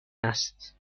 است